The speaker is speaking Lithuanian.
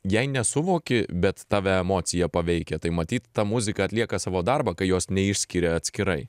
jei nesuvoki bet tave emocija paveikia tai matyt ta muzika atlieka savo darbą kai jos neišskiri atskirai